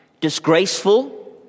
disgraceful